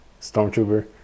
Stormtrooper